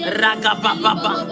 ragababa